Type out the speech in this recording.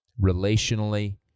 relationally